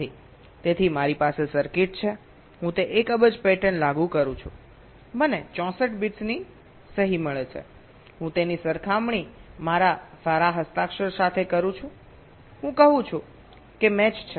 તેથી મારી પાસે સર્કિટ છે હું તે 1 અબજ પેટર્ન લાગુ કરું છું મને 64 બિટ્સની સહી મળે છે હું તેની સરખામણી મારા સારા સિગ્નેચર સાથે કરું છું હું કહું છું કે મેચ છે